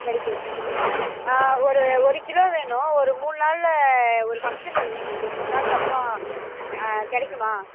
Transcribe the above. கிடைக்கும் ஒரு ஒரு கிலோ வேணும் ஒரு மூணு நாளில் ஒரு ஃபங்க்ஷன் வருது எங்களுக்கு மூணு நாளுக்கப்புறம் கிடைக்குமா